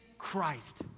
christ